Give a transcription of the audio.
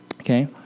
Okay